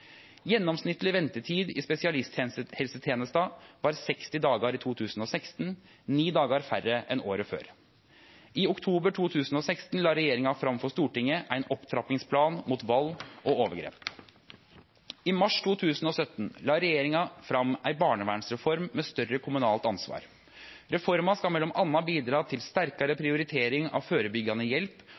Gjennomsnittleg ventetid i spesialisthelsetenesta var 60 dagar i 2016 – 9 færre enn året før. I oktober 2016 la regjeringa fram for Stortinget ein opptrappingsplan mot vald og overgrep. I mars 2017 la regjeringa fram ei barnevernsreform med større kommunalt ansvar. Reforma skal m.a. bidra til sterkare prioritering av førebyggjande hjelp